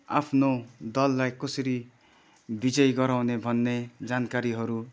आफ्नो दललाई कसरी विजय गराउने भन्ने जानकारीहरू